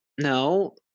No